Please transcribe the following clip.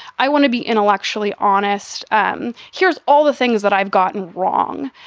i want to be intellectually honest. um here's all the things that i've gotten wrong.